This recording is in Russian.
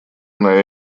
она